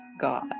God